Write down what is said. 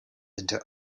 into